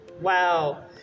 Wow